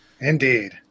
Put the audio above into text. Indeed